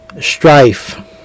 Strife